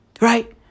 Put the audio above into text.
right